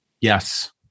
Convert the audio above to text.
Yes